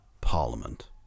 Parliament